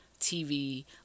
TV